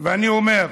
אני אומר: